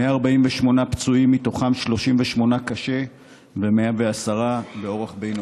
148 פצועים, מתוכם 38 קשים ו-110 באורח בינוני.